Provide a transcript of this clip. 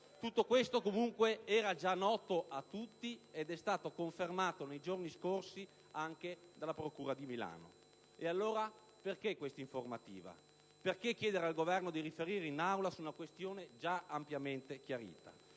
Tutto ciò, era comunque già noto a tutti ed è stato confermato nei giorni scorsi anche dalla procura di Milano. E allora, perché questa informativa? Perché chiedere al Governo di riferire in Aula su una questione già ampiamente chiarita?